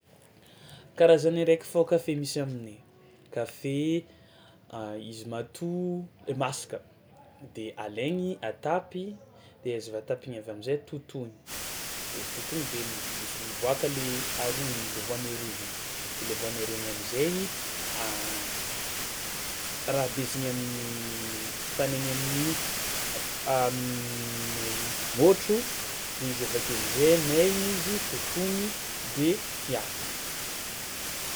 Karazany araiky fao kafe misy aminay, kafe, kafe izy mato le masaka de alaigny, atapy de izy avy atapy igny avy am'zay totoigna de izy totoigna de m- s- miboaka le aroy igny le voany roa igny, de le voany roa igny am'zaigny rabezigna amin'ny fanaigna amin'ny f- am- ny môtro de izy ake am'zay maigna izy totoigny de fiahiny.